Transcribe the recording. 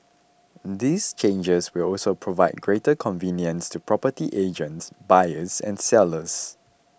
these changes will also provide greater convenience to property agents buyers and sellers